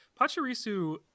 Pachirisu